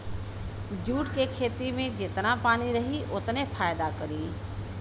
jute के खेती में जेतना पानी रही ओतने फायदा करी